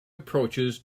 approaches